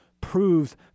proves